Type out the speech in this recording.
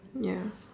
ya